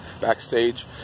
backstage